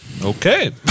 Okay